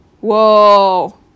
Whoa